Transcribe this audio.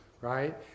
right